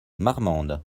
marmande